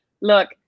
look